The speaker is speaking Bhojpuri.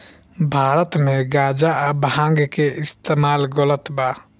भारत मे गांजा आ भांग के इस्तमाल गलत बा